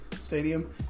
stadium